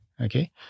Okay